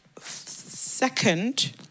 second